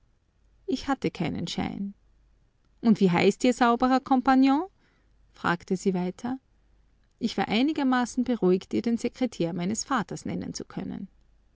ich hatte keinen schein und wie heißt ihr sauberer compagnon fragte sie weiter ich war einigermaßen beruhigt ihr den sekretär meines vaters nennen zu können